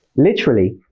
literally,